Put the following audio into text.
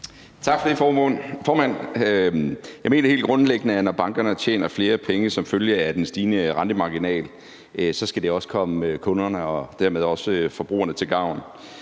Tak for det, formand. Jeg mener helt grundlæggende, at når bankerne tjener flere penge som følge af den stigende rentemarginal, skal det også komme kunderne og dermed også forbrugerne til gavn.